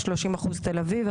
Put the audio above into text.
30% תל אביב,